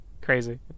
Crazy